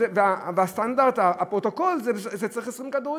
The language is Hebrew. ובסטנדרט, בפרוטוקול, צריך 20 כדורים.